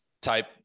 type